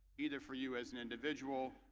either for you as an individual,